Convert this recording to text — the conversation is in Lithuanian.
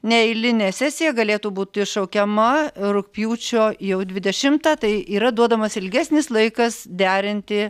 neeilinė sesija galėtų būti šaukiama rugpjūčio jau dvidešimtą tai yra duodamas ilgesnis laikas derinti